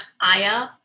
Aya